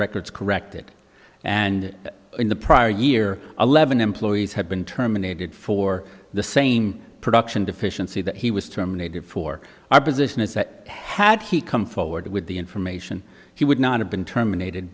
records corrected and in the prior year eleven employees had been terminated for the same production deficiency that he was terminated for our position is that had he come forward with the information he would not have been terminated